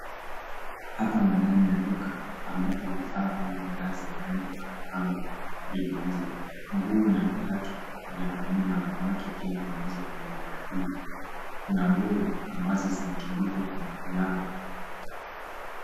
Hapa ni ndani ya duka ambapo vifaa au bidhaa za urembo na mapambo vinauzwa. Nguo na viatu vya wanaume na wanawake pia vinauzwa kwenye duka hili. Kuna nguo ambazo zimetundikwa kwenye viango.